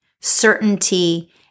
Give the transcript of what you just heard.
certainty